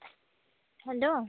hello